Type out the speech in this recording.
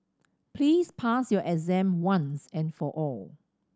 please pass your exam once and for all